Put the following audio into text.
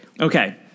Okay